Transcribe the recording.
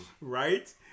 Right